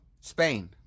Spain